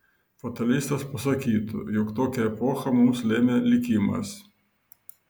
fatalistas pasakytų jog tokią epochą mums lėmė likimas